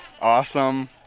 awesome